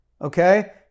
okay